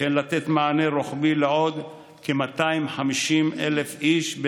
וכן לתת מענה רוחבי לעוד כ-250,000 איש,